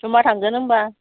जमा थांगोन होनबा